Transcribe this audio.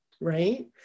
right